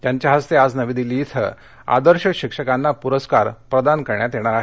त्यांच्या हस्ते आज नवी दिल्ली क्री आदर्श शिक्षकांना पुरस्कार प्रदान करण्यात येणार आहेत